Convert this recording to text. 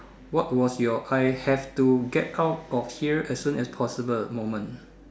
what was your I have to get out of here as soon as possible moment